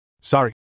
Sorry